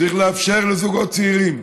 צריך לאפשר לזוגות צעירים,